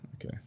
okay